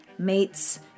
Meats